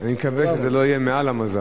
אני מקווה שזה לא יהיה מעל המזל.